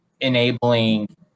enabling